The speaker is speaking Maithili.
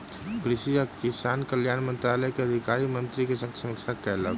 कृषि आ किसान कल्याण मंत्रालय के अधिकारी मंत्री के संग समीक्षा कयलक